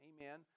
amen